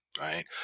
Right